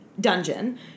dungeon